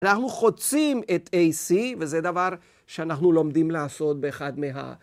אנחנו חוצים את AC, וזה דבר שאנחנו לומדים לעשות באחד מה...